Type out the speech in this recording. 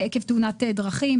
שמעתי את הגינוי של מנסור עבאס אתמול.